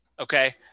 Okay